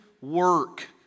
work